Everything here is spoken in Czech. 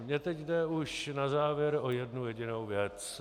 Mně teď jde už na závěr o jednu jedinou věc.